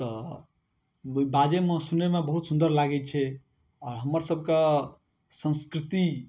तऽ बाजैमे सुनैमे बहुत सुन्दर लागै छै आओर हमर सबके संस्कृति